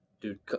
dude